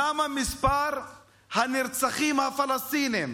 למה מספר הנרצחים הפלסטינים